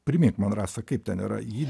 primink man rasa kaip ten yra ji